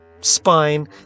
spine